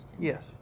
Yes